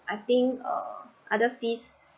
I think uh other fees